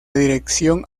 dirección